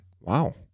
Wow